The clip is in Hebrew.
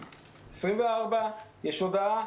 ב-24 בפברואר יצאה הודעה,